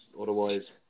otherwise